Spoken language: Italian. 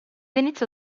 inizio